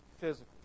Physical